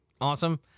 awesome